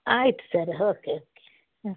ಆಯಿತು sir okay okay ಹಾಂ